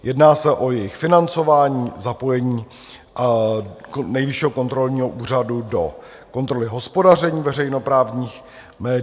Jedná se o jejich financování, zapojení Nejvyššího kontrolního úřadu do kontroly hospodaření veřejnoprávních médií.